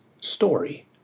story